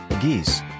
geese